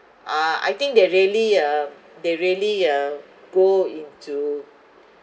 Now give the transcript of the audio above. uh I think they really um they really uh go into